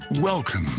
Welcome